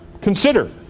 consider